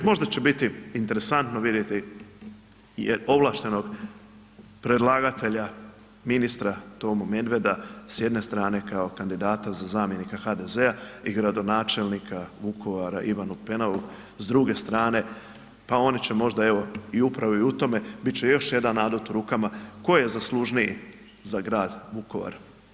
Možda će biti interesantno vidjeti jer ovlaštenog predlagatelja ministra Tomo Medveda s jedne strane kao kandidata za zamjenika HDZ-a i gradonačelnika Vukovara Ivana Penavu s druge strane pa oni će možda evo upravo i u tome bit će još jedan adut u rukama tko je zaslužniji za grad Vukovar.